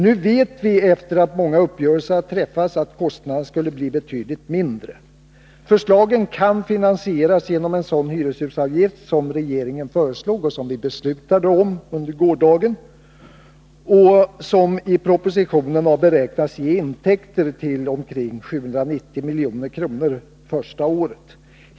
Nu vet vi, efter det att många uppgörelser har träffats, att kostnaderna skulle bli betydligt mindre. Förslagen kan finansieras genom en sådan hyreshusavgift som regeringen föreslog och som vi beslutade om under gårdagen och som i propositionen har beräknats ge intäkter om 790 milj.kr. första året.